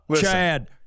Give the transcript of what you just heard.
chad